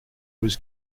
was